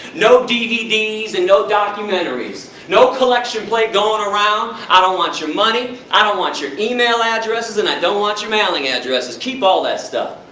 no dvds and no documentaries. no collection plate going around, i don't want your money. i don't want your e mail addresses, and i don't want your mailing addresses. keep all that stuff.